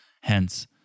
hence